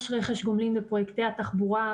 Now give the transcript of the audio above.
יש רכש גומלין בפרויקטי התחבורה,